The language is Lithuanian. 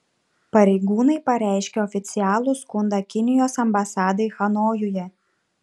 pareigūnai pareiškė oficialų skundą kinijos ambasadai hanojuje